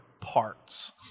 Parts